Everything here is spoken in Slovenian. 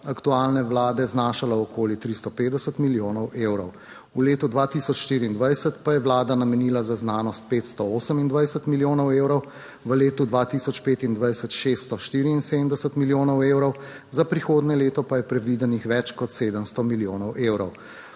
aktualne vlade znašala okoli 350 milijonov evrov. V letu 2024 pa je vlada namenila za znanost 528 milijonov evrov, v letu 2025 674 milijonov evrov, za prihodnje leto pa je predvidenih več kot 700 milijonov evrov.